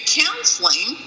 counseling